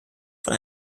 von